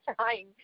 trying